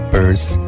Birds